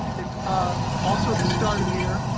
if ah also at the start of the year,